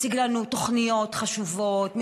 מציג לנו תוכניות חשובות,